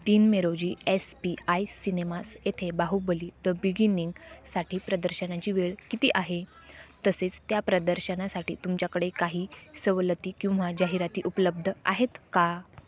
तीन मे रोजी S P I cinemas येथे बाहुबली द बिगिनिंगसाठी प्रदर्शनाची वेळ किती आहे तसेच त्या प्रदर्शनासाठी तुमच्याकडे काही सवलती किंवा जाहिराती उपलब्ध आहेत का